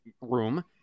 room